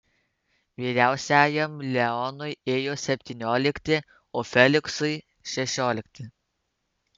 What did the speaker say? vyriausiajam leonui ėjo septyniolikti o feliksui šešiolikti